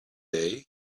day